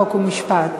חוק ומשפט.